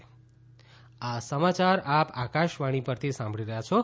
corona appeal આ સમાચાર આપ આકાશવાણી પરથી સાંભળી રહ્યા છો